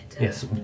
Yes